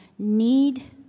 need